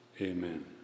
amen